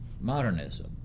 modernism